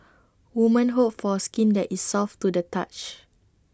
women hope for skin that is soft to the touch